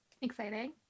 Exciting